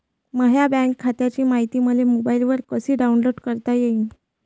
माह्या बँक खात्याची मायती मले मोबाईलवर कसी डाऊनलोड करता येते?